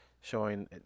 showing